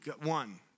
one